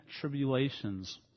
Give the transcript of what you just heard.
tribulations